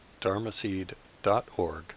dharmaseed.org